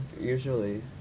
usually